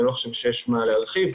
אני לא חושב שיש מה להרחיב,